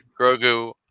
Grogu